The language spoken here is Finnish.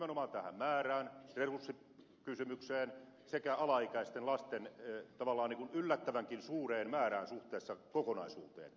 ne liittyvät nimenomaan tähän määrään resurssikysymykseen sekä alaikäisten lasten tavallaan yllättävänkin suureen määrään suhteessa kokonaisuuteen